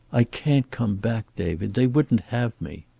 i can't come back, david. they wouldn't have me.